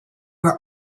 are